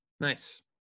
nice